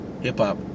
hip-hop